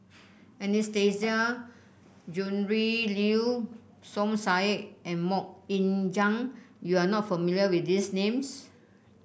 Anastasia Tjendri Liew Som Said and MoK Ying Jang you are not familiar with these names